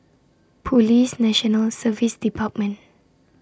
Police National Service department